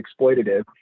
exploitative